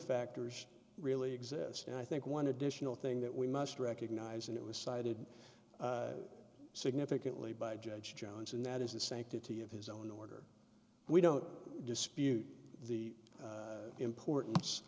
factors really exist and i think one additional thing that we must recognize and it was cited significantly by judge jones and that is the sanctity of his own we don't dispute the importance